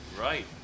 Right